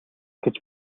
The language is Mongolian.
гэж